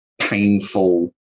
painful